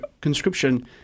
conscription